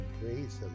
praise